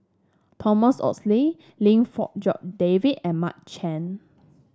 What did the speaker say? Thomas Oxley Lim Fong Jock David and Mark Chan